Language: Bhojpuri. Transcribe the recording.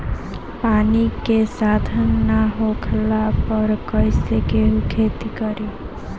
पानी के साधन ना होखला पर कईसे केहू खेती करी